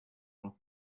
jean